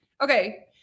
okay